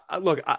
look